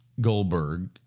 Goldberg